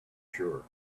sure